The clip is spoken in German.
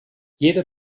jede